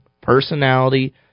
personality